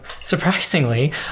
Surprisingly